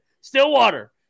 Stillwater